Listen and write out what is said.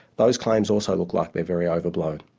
those claims also look like they're very overblown.